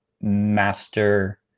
Master